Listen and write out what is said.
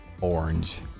Orange